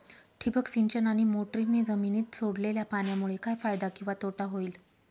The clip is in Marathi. ठिबक सिंचन आणि मोटरीने जमिनीत सोडलेल्या पाण्यामुळे काय फायदा किंवा तोटा होईल?